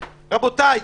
רבותיי,